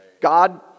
God